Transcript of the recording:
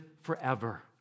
forever